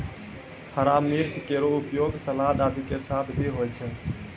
हरा मिर्च केरो उपयोग सलाद आदि के साथ भी होय छै